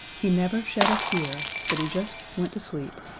he never shed a tear, but he just went to sleep.